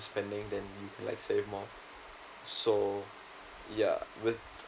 you're spending then you like save more so ya with